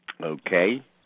Okay